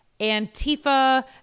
Antifa